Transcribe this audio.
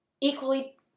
equally